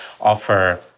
offer